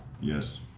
Yes